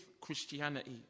Christianity